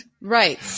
Right